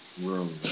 room